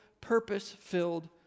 purpose-filled